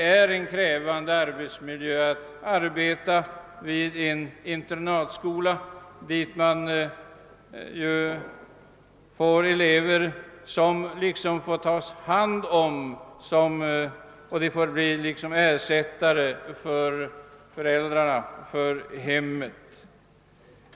Lärarna får ta hand om eleverna och bli ersättare för föräldrarna, för hemmet.